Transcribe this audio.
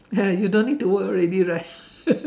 you don't need to work already right